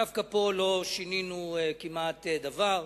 דווקא פה לא שינינו כמעט דבר,